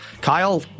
Kyle